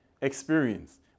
experience